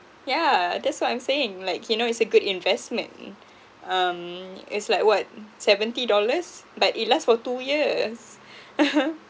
yeah that's what I'm saying like you know it's a good investment um it's like what seventy dollars but it lasts for two years